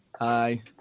Hi